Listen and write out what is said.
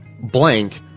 Blank